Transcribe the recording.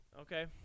Okay